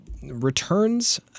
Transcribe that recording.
Returns